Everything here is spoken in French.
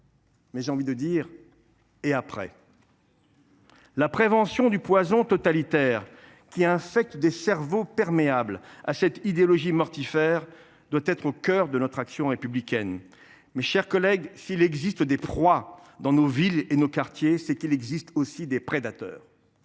Mais j’ai envie de dire : et après ? La prévention du poison totalitaire qui infecte des cerveaux perméables à cette idéologie mortifère doit être au cœur de notre action républicaine. Mes chers collègues, s’il existe des proies dans nos villes et dans nos quartiers, c’est qu’il existe aussi des prédateurs.